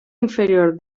inferior